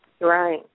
Right